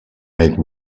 make